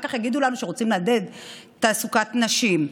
אחר כך יגידו לנו שרוצים לעודד תעסוקת נשים.